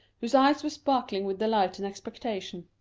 whose eyes were sparkling with delight and expectation.